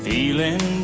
Feeling